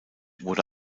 wurde